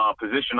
position